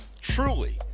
truly